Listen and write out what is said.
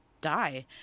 die